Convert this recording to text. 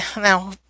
now